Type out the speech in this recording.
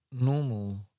normal